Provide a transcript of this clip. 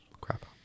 Crap